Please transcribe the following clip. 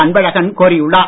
அன்பழகன் கோரியுள்ளார்